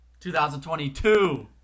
2022